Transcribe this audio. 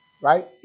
Right